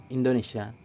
Indonesia